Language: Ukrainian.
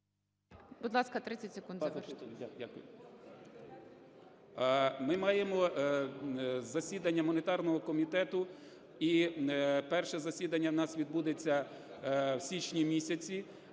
Будь ласка, 30 секунд завершити.